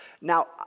Now